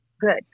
good